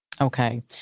Okay